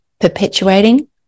perpetuating